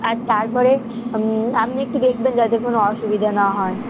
আর তারপরে আপনি একটু দেখবেন যাতে কোনো অসুবিধা না হয়